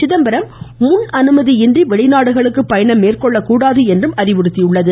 சிதம்பரம் முன் அனுமதியின்றி வெளிநாடுகளுக்கு பயணம் மேற்கொள்ளக்கூடாது என்றும் அறிவுறுத்தியுள்ளது